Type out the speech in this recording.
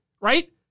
right